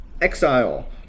exile